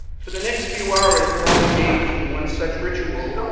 for the next few hours we're all engaged in one such ritual,